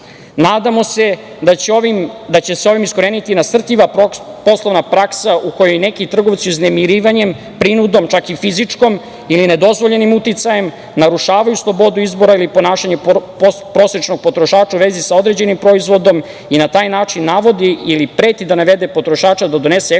se da će se ovim iskoreniti i nasrtljiva poslovna praksa u kojoj neki trgovci uznemiravanjem, prinudom, čak i fizičkom, ili nedozvoljenim uticajem narušavaju slobodu izbora ili ponašanje prosečnog potrošača u vezi sa određenim proizvodom i na taj način navodi ili preti da navede potrošača da donese ekonomsku